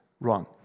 Wrong